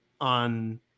on